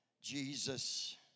Jesus